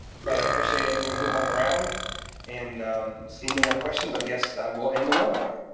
but i appreciate everyone who hung around and seeing no more questions, i guess, i will end the webinar.